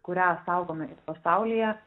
kurią saugome ir pasaulyje